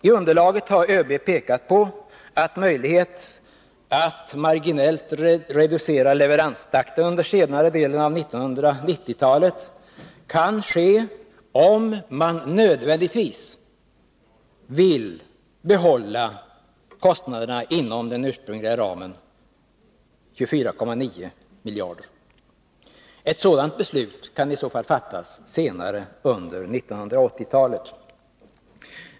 I underlaget har ÖB pekat på att möjlighet att marginellt sänka leveranstakten under senare delen av 1990-talet finns, om man nödvändigtvis vill behålla kostnaderna inom den ursprungliga ramen, 24,9 miljarder. Ett sådant beslut kan i så fall fattas senare under 1980-talet.